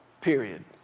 period